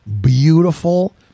beautiful